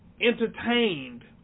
entertained